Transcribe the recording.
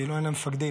כאילו אין להם מפקדים.